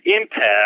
impact